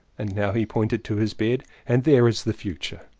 and now he pointed to his bed, and there is the future!